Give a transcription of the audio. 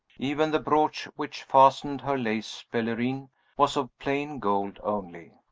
even the brooch which fastened her lace pelerine was of plain gold only.